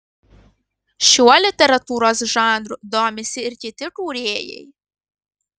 šiuo literatūros žanru domisi ir kiti kūrėjai